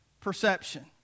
perception